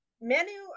menu